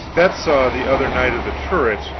that saw the other knight of the turret,